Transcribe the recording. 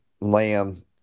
lamb